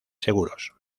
seguros